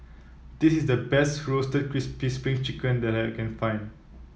this is the best Roasted Crispy Spring Chicken that I can find